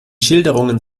schilderungen